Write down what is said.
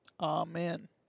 Amen